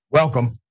Welcome